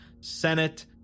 Senate